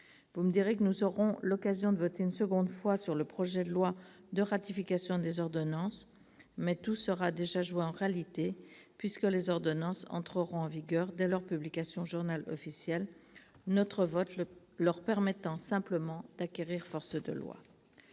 Vous me direz que nous aurons l'occasion de voter une seconde fois, sur le projet de loi de ratification des ordonnances, mais tout sera déjà joué en réalité, puisque les ordonnances entreront en vigueur dès leur publication au, notre vote leur permettant simplement d'acquérir force de loi.